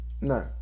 No